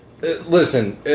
Listen